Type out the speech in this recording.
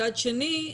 מצד שני,